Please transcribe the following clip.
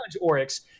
oryx